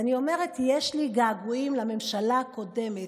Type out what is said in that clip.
אני אומרת: יש לי געגועים לממשלה הקודמת.